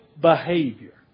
behavior